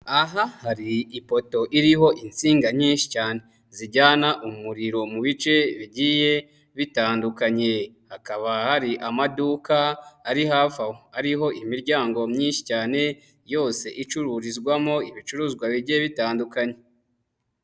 Aha hari ipoto iriho insinga nyinshi cyane zijyana umuriro mu bice bigiye bitandukanye hakaba hari amaduka ari hafi aho, ariho imiryango myinshi cyane yose icururizwamo ibicuruzwa bigiye bitandukanye.